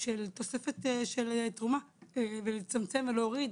של תוספת של תרומה, ולצמצם ולהוריד